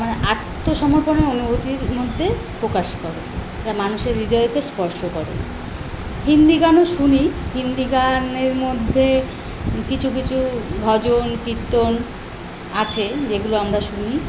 মানে আত্মসমর্পণের অনুভূতির মধ্যে প্রকাশ করে যা মানুষের হৃদয়কে স্পর্শ করে হিন্দি গানও শুনি হিন্দি গানের মধ্যে কিছু কিছু ভজন কীর্তন আছে যেগুলো আমরা শুনি